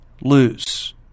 lose